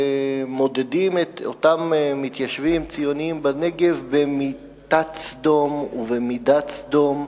ומודדים את אותם מתיישבים ציונים בנגב במיטת סדום ובמידת סדום,